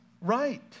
right